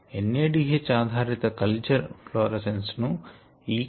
N A D H ఆధారిత culture fluorescence ను ఈ